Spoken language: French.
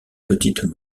petites